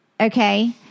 Okay